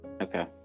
Okay